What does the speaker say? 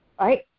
right